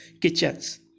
kitchens